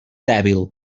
dèbil